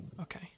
Okay